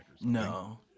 No